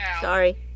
Sorry